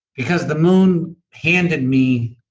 because the moon handed me,